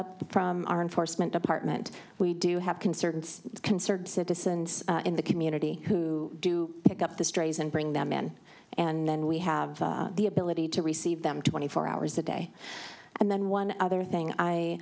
up from our enforcement department we do have concerns concerned citizens in the community who do pick up the strays and bring them in and then we have the ability to receive them twenty four hours a day and then one other thing i